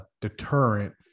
deterrent